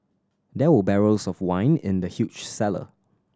there were barrels of wine in the huge cellar